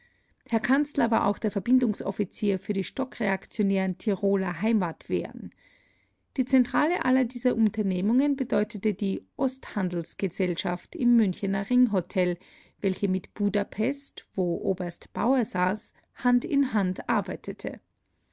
herr kanzler war auch der verbindungsoffizier für die stockreaktionären tiroler heimatwehren die zentrale aller dieser unternehmungen bedeutete die osthandelsgesellschaft im münchener ringhotel welche mit budapest wo oberst bauer saß hand in hand arbeitete